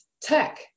tech